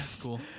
cool